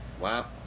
Wow